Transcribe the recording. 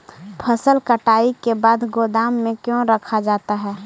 फसल कटाई के बाद गोदाम में क्यों रखा जाता है?